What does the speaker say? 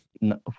No